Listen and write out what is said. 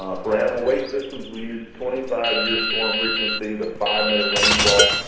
for animal waste systems, we use twenty five year storm frequency, the five minute rainfall.